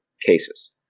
cases